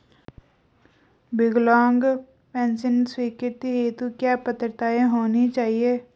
विकलांग पेंशन स्वीकृति हेतु क्या पात्रता होनी चाहिये?